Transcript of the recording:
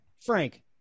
Frank